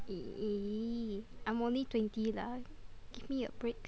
!ee! I'm only twenty lah give me a break